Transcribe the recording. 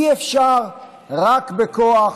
אי-אפשר רק בכוח,